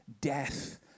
death